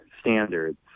standards